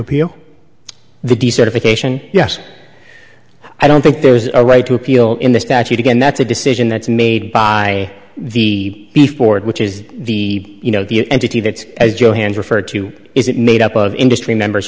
appeal the decertification yes i don't think there's a right to appeal in the statute again that's a decision that's made by the before which is the you know the entity that as you hand referred to is it made up of industry members